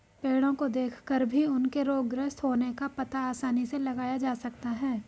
पेड़ो को देखकर भी उनके रोगग्रस्त होने का पता आसानी से लगाया जा सकता है